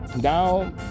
now